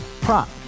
prop